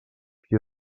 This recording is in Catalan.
qui